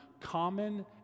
common